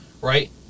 right